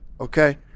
okay